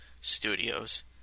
studios